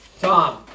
Tom